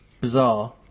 bizarre